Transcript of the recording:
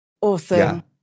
Awesome